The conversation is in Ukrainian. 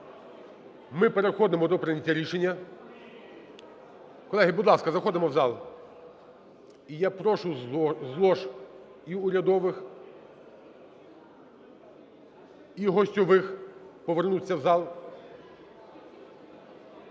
Ми переходимо до прийняття рішення. Колеги, будь ласка, заходимо в зал. І я прошу з лож і урядових, і гостьових повернутися в зал.